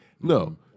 No